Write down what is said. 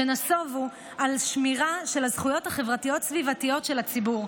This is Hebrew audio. שנסובו על שמירה של הזכויות החברתיות והסביבתיות של הציבור,